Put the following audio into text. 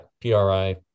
PRI